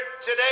today